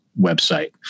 website